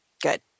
good